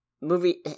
Movie